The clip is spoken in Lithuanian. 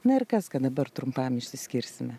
na ir kas kad dabar trumpam išsiskirsime